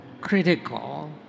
critical